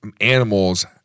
animals